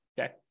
Okay